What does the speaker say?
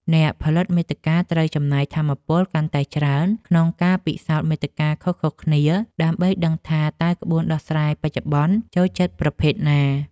អ្នកផលិតមាតិកាត្រូវចំណាយថាមពលកាន់តែច្រើនក្នុងការពិសោធន៍មាតិកាខុសៗគ្នា ដើម្បីដឹងថាតើក្បួនដោះស្រាយបច្ចុប្បន្នចូលចិត្តប្រភេទណា។